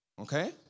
Okay